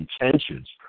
intentions